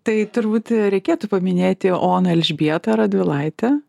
tai turbūt reikėtų paminėti oną elžbietą radvilaitę